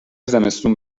زمستون